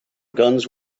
guns